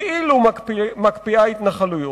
כאילו מקפיאה התנחלויות,